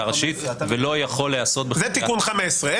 ראשית ולא יכול להיעשות בחקיקה -- זה תיקון 5,